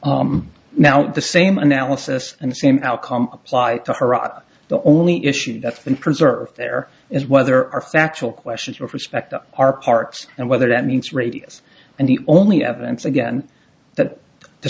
s now the same analysis and same outcome apply to herat the only issue that's been preserved there is whether are factual questions with respect to our parts and whether that means radius and the only evidence again that to